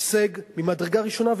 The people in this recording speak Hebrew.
הישג ממדרגה ראשונה.